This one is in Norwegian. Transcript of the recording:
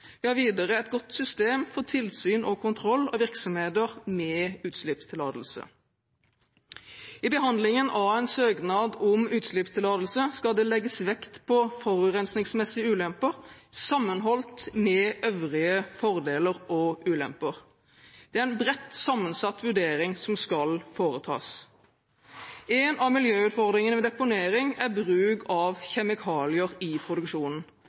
Vi har videre et godt system for tilsyn og kontroll av virksomheter med utslippstillatelse. I behandlingen av en søknad om utslippstillatelse skal det legges vekt på forurensningsmessige ulemper sammenholdt med øvrige fordeler og ulemper. Det er en bredt sammensatt vurdering som skal foretas. En av miljøutfordringene ved deponering er bruk av kjemikalier i produksjonen.